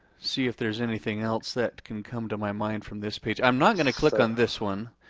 see if there's anything else that can come to my mind from this page. i'm not gonna click on this one.